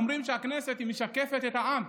אומרים שהכנסת משקפת את העם.